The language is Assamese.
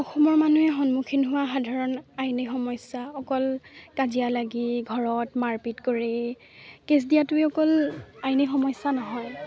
অসমৰ মানুহে সন্মুখীন হোৱা সাধাৰণ আইনী সমস্যা অকল কাজিয়া লাগি ঘৰত মাৰপিট কৰি কেছ দিয়াটোৱে অকল আইনী সমস্যা নহয়